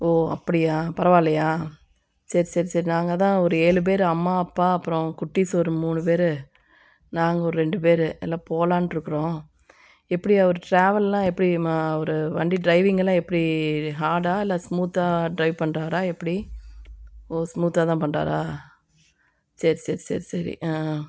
ஓ அப்படியா பரவாயில்லையா சரி சரி சரி நாங்கள் அதான் ஒரு ஏழு பேர் அம்மா அப்பா அப்புறம் குட்டீஸ் ஒரு மூணு பேர் நாங்கள் ஒரு ரெண்டு பேர் எல்லாம் போகலான்ட்டு இருக்கிறோம் எப்படி அவர் டிராவல்லாம் எப்படி அவர் வண்டி டிரைவிங்கெல்லாம் எப்படி ஹார்டா இல்லை ஸ்மூத்தாக ட்ரைவ் பண்ணுறாரா எப்படி ஓ ஸ்மூத்தாக தான் பண்ணுறாரா சரி சரி சரி சரி ஆ